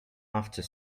after